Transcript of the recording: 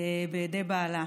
בידי בעלה,